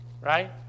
Right